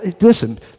Listen